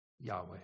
Yahweh